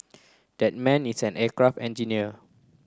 that man is an aircraft engineer